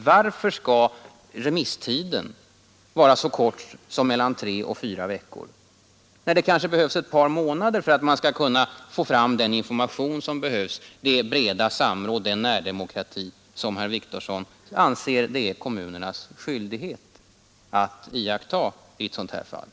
Varför skall remisstiden vara så kort som mellan tre och fyra Männa prisregleveckor när det kanske behövts ett par månader för att man skall kunna få ”ingslagen fram den information som behövs, för att man skall kunna uppnå det breda samråd och tillämpa den närdemokrati som herr Wictorsson anser att det är kommunernas skyldighet att ta med i bilden i sådana här fall?